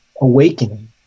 awakening